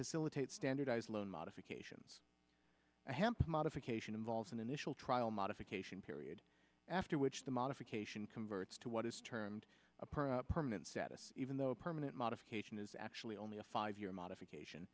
facilitate standardized loan modifications hamp modification involves an initial trial modification period after which the modification converts to what is termed a per permanent status even though permanent modification is actually only a five year modification